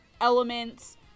elements